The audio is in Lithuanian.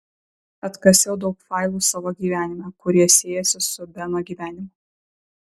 atkasiau daug failų savo gyvenime kurie siejasi su beno gyvenimu